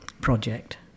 project